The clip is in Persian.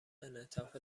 انعطاف